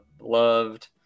loved